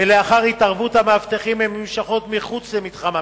ולאחר התערבות המאבטחים הן נמשכות מחוץ למתחם הבילוי,